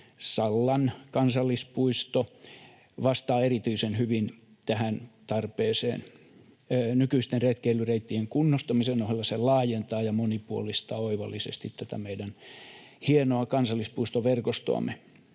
Sallan kansallispuisto, vastaa erityisen hyvin tähän tarpeeseen. Nykyisten retkeilyreittien kunnostamisen ohella se laajentaa ja monipuolistaa oivallisesti tätä meidän hienoa kansallispuistoverkostoamme.